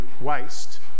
waste